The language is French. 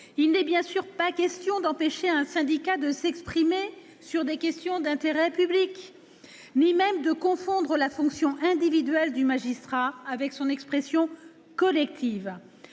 n'est pas question d'empêcher un syndicat de s'exprimer sur des questions d'intérêt public, ni même de confondre la fonction individuelle du magistrat avec son expression collective.